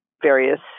various